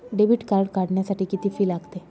Debit card काढण्यासाठी किती fee लागते?